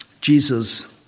Jesus